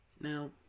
Now